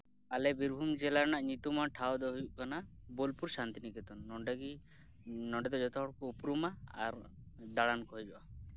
ᱟᱞᱮ ᱵᱤᱨᱵᱷᱩᱢ ᱡᱮᱞᱟ ᱨᱮᱭᱟᱜ ᱧᱩᱛᱩᱢᱟᱱ ᱴᱷᱟᱶ ᱫᱚ ᱦᱩᱭᱩᱜ ᱠᱟᱱᱟ ᱵᱳᱞᱯᱩᱨ ᱥᱟᱱᱛᱤᱱᱤᱠᱮᱛᱚᱱ ᱱᱚᱰᱮ ᱜᱮ ᱱᱚᱰᱮ ᱫᱚ ᱡᱚᱛᱚ ᱦᱚᱲ ᱠᱚ ᱩᱯᱨᱩᱢᱟ ᱟᱨ ᱫᱟᱬᱟᱱ ᱠᱚ ᱦᱤᱡᱩᱜᱼᱟ